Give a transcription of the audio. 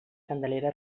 candelera